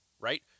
right